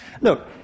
Look